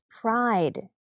pride